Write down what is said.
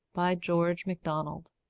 by george macdonald